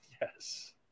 Yes